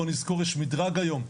בואו נזכור יש מדרג היום.